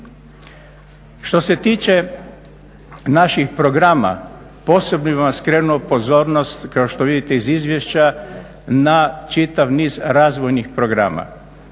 Što se tiče naših programa posebno bi vam skrenu pozornost kao što vidite iz izvješća na čitav niz razvojnih programa.